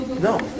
No